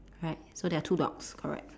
right so there are two dogs correct